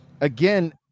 again